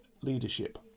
leadership